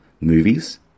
Movies